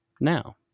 now